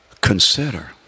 Consider